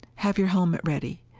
have your helmet ready.